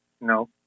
No